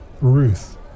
Ruth